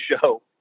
show